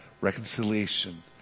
reconciliation